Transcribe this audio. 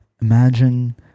Imagine